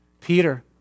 Peter